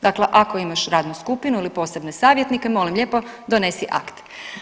Dakle, ako imaš radnu skupinu ili posebne savjetnike molim lijepo donesi akt.